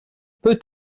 peut